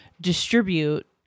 distribute